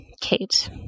Kate